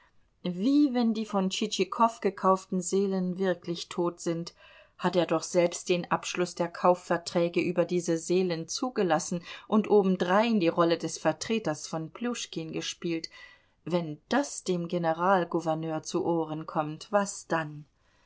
wie wenn die von tschitschikow gekauften seelen wirklich tot sind hat er doch selbst den abschluß der kaufverträge über diese seelen zugelassen und obendrein die rolle des vertreters von pljuschkin gespielt wenn das dem generalgouverneur zu ohren kommt was dann